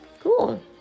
cool